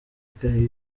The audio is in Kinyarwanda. igataha